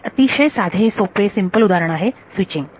हे अतिशय साधे सिम्पल उदाहरण आहे स्विचींग